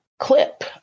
clip